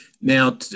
Now